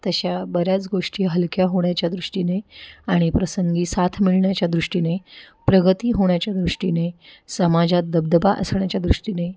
तशा बऱ्याच गोष्टी हलक्या होण्याच्या दृष्टीने आणि प्रसंगी साथ मिळण्याच्या दृष्टीने प्रगती होण्याच्या दृष्टीने समाजात दबदबा असण्याच्या दृष्टीने